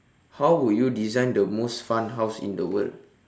how would you design the most fun house in the world